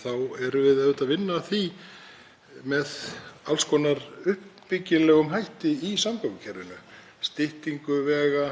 þá erum við auðvitað að vinna að því með alls konar uppbyggilegum hætti í samgöngukerfinu, styttingu vega,